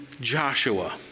Joshua